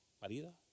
Marido